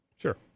Sure